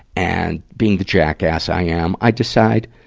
and, being the jackass i am, i decide,